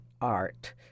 art